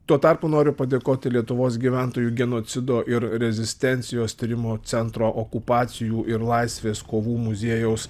tuo tarpu noriu padėkoti lietuvos gyventojų genocido ir rezistencijos tyrimo centro okupacijų ir laisvės kovų muziejaus